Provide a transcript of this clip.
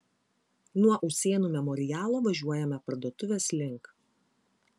nuo usėnų memorialo važiuojame parduotuvės link